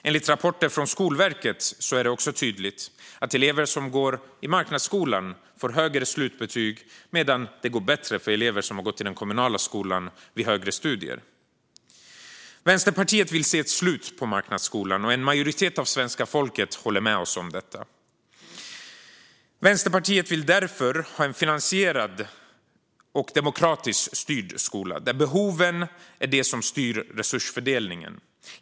Enligt rapporter från Skolverket är det tydligt att elever som går i marknadsskolan får högre slutbetyg medan det går bättre i högre studier för elever som har gått i den kommunala skolan. Vänsterpartiet vill se ett slut på marknadsskolan, och en majoritet av svenska folket håller med oss om detta. Vänsterpartiet vill ha en finansierad och demokratiskt styrd skola, där behoven styr resursfördelningen.